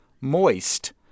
moist